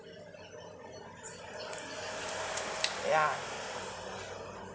ya